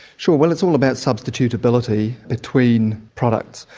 sure, well, it's all about substituteability between products.